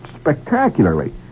spectacularly